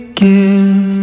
give